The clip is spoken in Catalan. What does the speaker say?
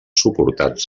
suportats